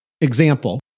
Example